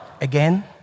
Again